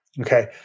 Okay